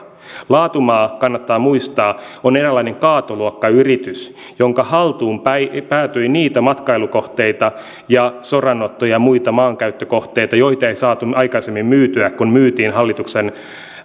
laatumaa kannattaa muistaa on eräänlainen kaatoluokkayritys jonka haltuun päätyi niitä matkailukohteita ja soranotto ja muita maankäyttökohteita joita ei saatu aikaisemmin myytyä kun myytiin